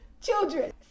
children